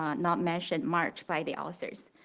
um not mentioned much by the authors.